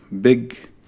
big